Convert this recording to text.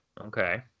Okay